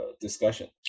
discussion